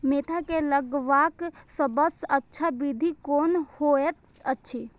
Mentha के लगवाक सबसँ अच्छा विधि कोन होयत अछि?